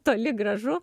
toli gražu